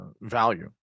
value